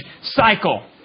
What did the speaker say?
cycle